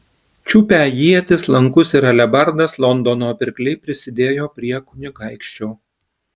čiupę ietis lankus ir alebardas londono pirkliai prisidėjo prie kunigaikščio